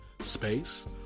space